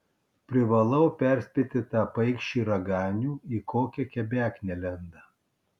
privalau perspėti tą paikšį raganių į kokią kebeknę lenda